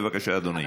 בבקשה, אדוני.